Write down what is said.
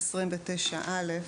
סעיף 29(א)